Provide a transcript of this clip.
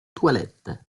toilette